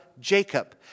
jacob